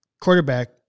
quarterback